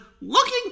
looking